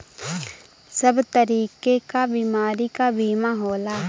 सब तरीके क बीमारी क बीमा होला